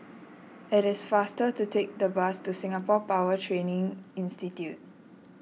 it is faster to take the bus to Singapore Power Training Institute